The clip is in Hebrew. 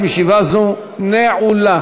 המוסמכת להחליט לאיזו ועדה תהיה ועדת